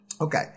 Okay